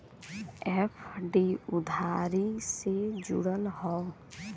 FD उधारी से जुड़ल हौ